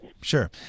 sure